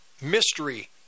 mystery